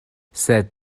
sed